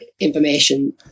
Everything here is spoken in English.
information